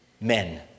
men